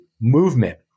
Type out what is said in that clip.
movement